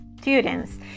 students